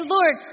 Lord